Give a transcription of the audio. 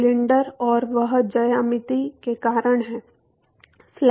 cylinder और वह ज्यामिति के कारण है